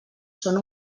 són